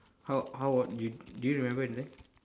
how how about you do you remember anything